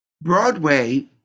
Broadway